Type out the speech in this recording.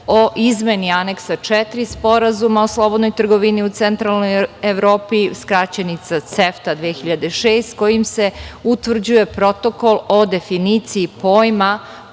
o izmeni Aneksa 4 Sporazuma o slobodnoj trgovini u Centralnoj Evropi, skraćenica CEFTA 2006, kojim se utvrđuje Protokol o definiciji pojma